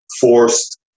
forced